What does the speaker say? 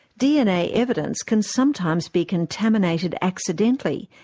dna evidence can sometimes be contaminated accidentally,